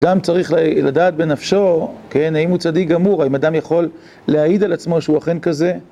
אדם צריך לדעת בנפשו, כן, האם הוא צדיק גמור, האם אדם יכול להעיד על עצמו שהוא אכן כזה